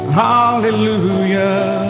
hallelujah